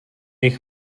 jich